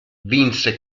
vinse